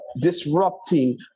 disrupting